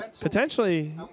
potentially